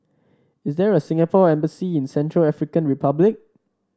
is there a Singapore Embassy in Central African Republic